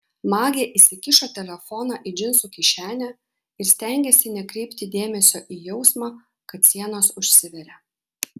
magė įsikišo telefoną į džinsų kišenę ir stengėsi nekreipti dėmesio į jausmą kad sienos užsiveria